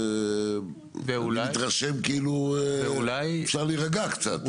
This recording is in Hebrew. כי אני מתרשם כאילו אפשר להירגע קצת,